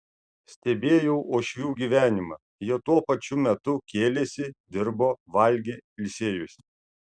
stebėjau uošvių gyvenimą jie tuo pačiu metu kėlėsi dirbo valgė ilsėjosi